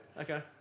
Okay